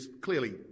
clearly